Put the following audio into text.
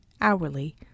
hourly